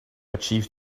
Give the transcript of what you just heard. achieved